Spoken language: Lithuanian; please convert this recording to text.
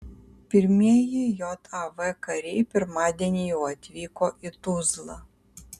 pirmieji jav kariai pirmadienį jau atvyko į tuzlą